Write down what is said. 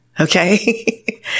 Okay